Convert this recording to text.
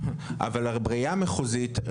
הראייה המחוזית,